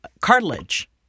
cartilage